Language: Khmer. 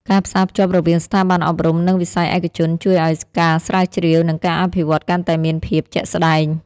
ការផ្សារភ្ជាប់រវាងស្ថាប័នអប់រំ និងវិស័យឯកជនជួយឱ្យការស្រាវជ្រាវ និងការអភិវឌ្ឍកាន់តែមានភាពជាក់ស្ដែង។